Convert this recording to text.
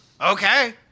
Okay